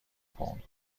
پوند